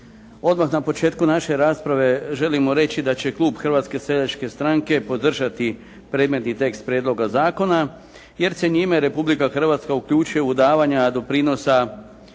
Odmah na početku naše rasprave želimo reći da će klub Hrvatske seljačke stranke podržati premetni tekst prijedloga zakona, jer se njime Republika Hrvatska uključuje u davanja doprinosa